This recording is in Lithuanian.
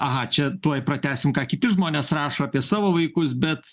aha čia tuoj pratęsim ką kiti žmonės rašo apie savo vaikus bet